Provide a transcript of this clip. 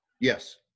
Yes